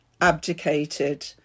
abdicated